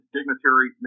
Dignitary